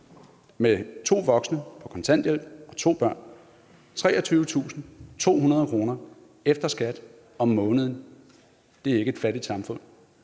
give to voksne på kontanthjælp og to børn 23.200 kr. efter skat om måneden, er ikke et fattigt samfund.